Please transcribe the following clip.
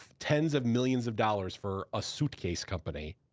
tens of millions of dollars for a suitcase company.